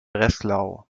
breslau